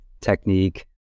technique